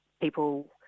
people